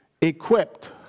equipped